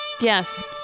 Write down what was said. Yes